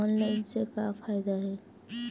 Online से का फ़ायदा हे?